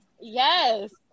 Yes